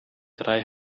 drei